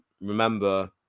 remember